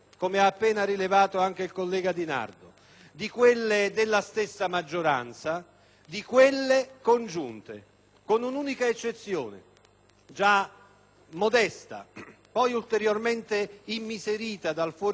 di quelle della stessa maggioranza e di quelle congiunte, con un'unica eccezione, già modesta, poi ulteriormente immiserita dal fuori programma di un balletto di cifre.